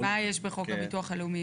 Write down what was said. מה יש בחוק הביטוח הלאומי?